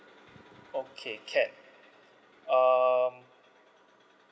okay can um